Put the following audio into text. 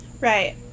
Right